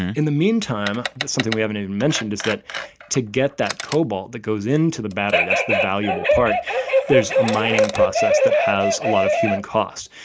in the meantime, something we haven't even mentioned is that to get that cobalt that goes into the battery that's the valuable part there's a mining process that has a lot of human cost.